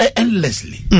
endlessly